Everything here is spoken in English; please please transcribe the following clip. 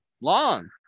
long